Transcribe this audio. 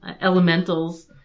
elementals